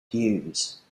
hughes